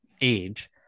age